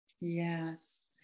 yes